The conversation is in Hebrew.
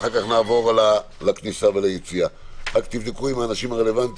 אחת זה הבדיקות המהירות